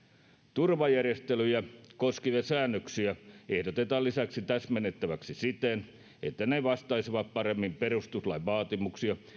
turvajärjestelyjä koskevia säännöksiä ehdotetaan lisäksi täsmennettäväksi siten että ne vastaisivat paremmin perustuslain vaatimuksia